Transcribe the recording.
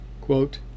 quote